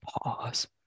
pause